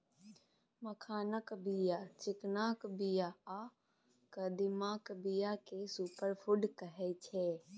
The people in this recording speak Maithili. मखानक बीया, चिकनाक बीया आ कदीमाक बीया केँ सुपर फुड कहै छै